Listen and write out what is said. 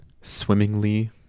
swimmingly